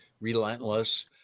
relentless